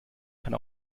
kann